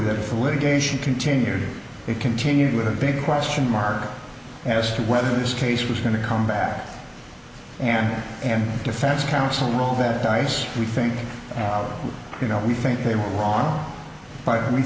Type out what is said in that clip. that if litigation continued it continued with a big question mark as to whether this case was going to come back and and defense counsel roll that dice we think you know we think they were wrong b